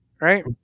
right